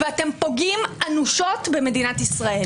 ואתם פוגעים אנושות במדינת ישראל.